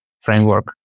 framework